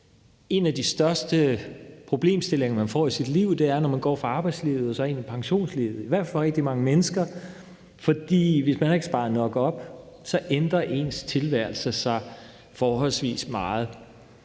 en af de største problemstillinger, man får i sit liv, er, når man går fra arbejdslivet og så ind i pensionslivet, i hvert fald for rigtig mange mennesker, for hvis man ikke har sparet nok op, ændrer ens tilværelse sig forholdsvis meget.